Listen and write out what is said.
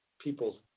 people's